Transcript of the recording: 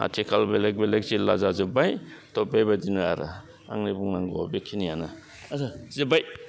आथिखाल बेलेक बेलेक जिल्ला जाजोब्बाय थय बेबायदिनो आरो आंनि बुंनांगौवा बेखिनियानो मा जाखो जोब्बाय